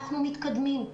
אנחנו מתקדמים.